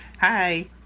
Hi